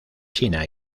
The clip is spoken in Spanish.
china